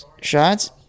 shots